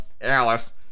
Alice